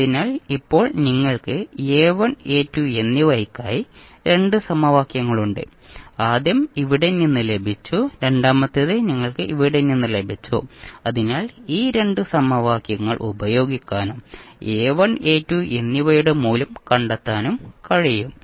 അതിനാൽ ഇപ്പോൾ നിങ്ങൾക്ക് A1 A2 എന്നിവയ്ക്കായി 2 സമവാക്യങ്ങളുണ്ട് ആദ്യം ഇവിടെ നിന്ന് ലഭിച്ചു രണ്ടാമത്തേത് നിങ്ങൾക്ക് ഇവിടെ നിന്ന് ലഭിച്ചു അതിനാൽ ഈ 2 സമവാക്യങ്ങൾ ഉപയോഗിക്കാനും A1 A2 എന്നിവയുടെ മൂല്യം കണ്ടെത്താനും കഴിയും